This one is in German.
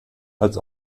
als